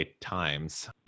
Times